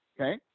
okay